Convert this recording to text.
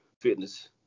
Fitness